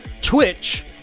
Twitch